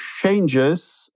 changes